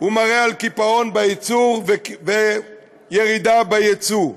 מראה קיפאון בייצור וירידה ביצוא,